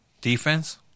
defense